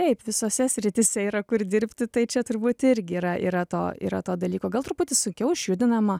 taip visose srityse yra kur dirbti tai čia turbūt irgi yra yra to yra to dalyko gal truputį sunkiau išjudinama